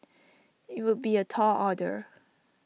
IT would be A tall order